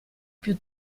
più